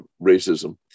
racism